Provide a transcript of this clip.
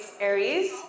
Aries